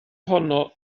honno